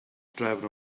drefn